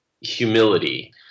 humility